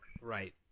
Right